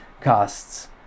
costs